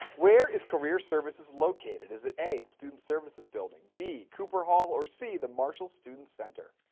where is career services located? is it a, the student services building, b, cooper hall, or c, the marshall student center?